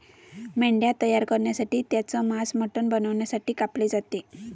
मेंढ्या तयार करण्यासाठी त्यांचे मांस मटण बनवण्यासाठी कापले जाते